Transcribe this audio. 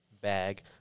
bag